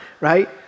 right